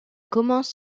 commence